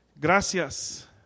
gracias